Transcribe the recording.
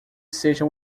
seja